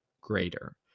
greater